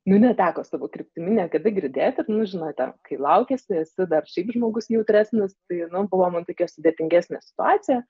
nu neteko savo kryptimi niekada girdėti nu žinote kai laukiesi esi dar šiaip žmogus jautresnis tai nu buvo man tokia sudėtingesnė situacija